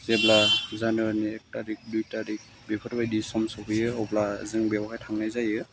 जेब्ला जानुवारिनि एक टारिक दुइ टारिक बेफोरबायदि सम सफैयो अब्ला जों बेवहाय थांनाय जायो